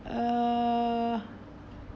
uh